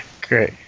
Great